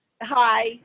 hi